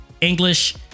english